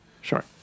sure